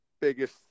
biggest